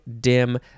dim